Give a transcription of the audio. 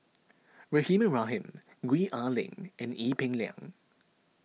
Rahimah Rahim Gwee Ah Leng and Ee Peng Liang